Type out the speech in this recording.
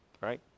right